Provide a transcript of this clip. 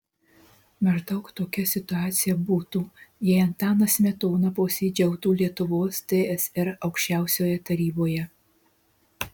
maždaug tokia situacija būtų jei antanas smetona posėdžiautų lietuvos tsr aukščiausioje taryboje